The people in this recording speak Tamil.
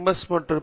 எஸ் மற்றும் பி